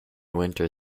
winter